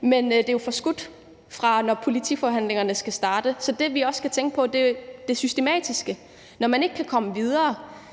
Men det er jo forskudt, i forhold til hvornår politiforhandlingerne starter. Så det, vi jo også skal tænke på, er det systematiske; når man ikke kan komme videre